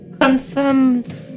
confirms